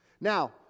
Now